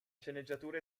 sceneggiatura